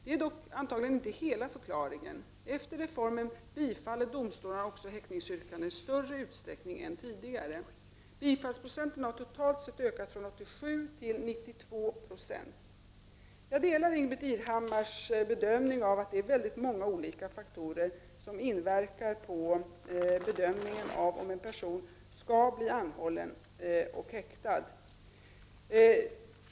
Detta är dock antagligen inte hela förklaringen. Efter reformen bifaller domstolarna nämligen häktningsyrkanden i större utsträckning än tidigare. — Prot. 1989/90:34 Bifallsprocenten har totalt sett ökat från 87 till 92 Zo. 28 november 1989 Jag delar Ingbritt Irhammars bedömning att det är väldigt många olika ZIG faktorer som inverkar på om en person skall bli anhållen och häktad.